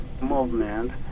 movement